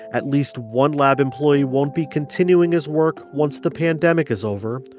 at least one lab employee won't be continuing his work once the pandemic is over.